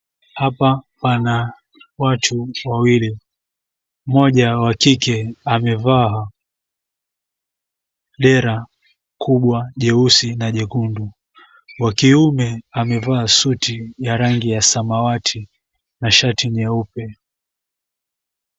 Hapa pana watu wawili, mmoja wa kike, amevaa dera kubwa jeusi na jekundu, wa kiume, amevaa suti ya rangi ya samawati na shati nyeupe.